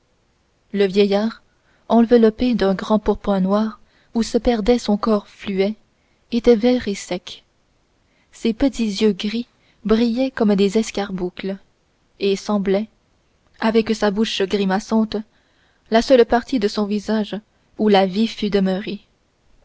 le vieillard enveloppé dans un grand pourpoint noir où se perdait son corps fluet était vert et sec ses petits yeux gris brillaient comme des escarboucles et semblaient avec sa bouche grimaçante la seule partie de son visage où la vie fût demeurée